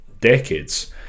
decades